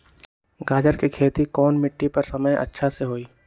गाजर के खेती कौन मिट्टी पर समय अच्छा से होई?